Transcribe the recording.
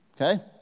Okay